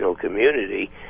community